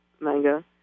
manga